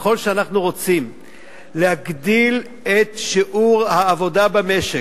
וככל שאנחנו רוצים להגדיל את שיעור העבודה במשק,